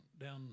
down